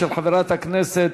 של חברת הכנסת